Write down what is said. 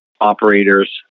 operators